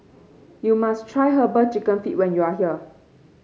you must try herbal chicken feet when you are here